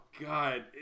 God